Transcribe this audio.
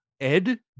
Ed